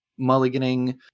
mulliganing